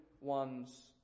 one's